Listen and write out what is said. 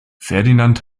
ferdinand